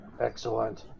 Excellent